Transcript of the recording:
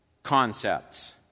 concepts